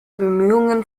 bemühungen